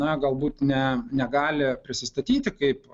na galbūt ne negali prisistatyti kaip